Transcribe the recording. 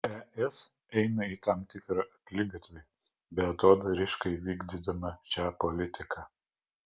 es eina į tam tikrą akligatvį beatodairiškai vykdydama šią politiką